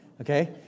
okay